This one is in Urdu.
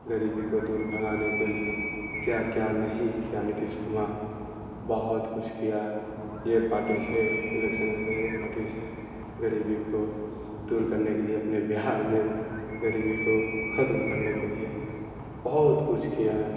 غریبی کو دور بھگانے کے لیے کیا کیا نہیں کیا نتیش کمار بہت کچھ کیا یہ پارٹی سے الیکشن لڑے وہ پارٹی سے لڑے غریبی کو دور کرنے کے لیے اپنے بہار میں غریبی کو ختم کرنے کے لیے بہت کچھ کیا ہے